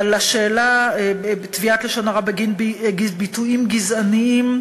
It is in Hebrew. תביעת לשון הרע בגין ביטויים גזעניים.